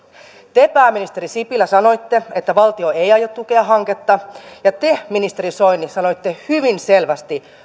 te pääministeri sipilä sanoitte että valtio ei aio tukea hanketta ja te ministeri soini sanoitte hyvin selvästi